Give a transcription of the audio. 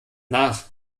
nach